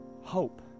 hope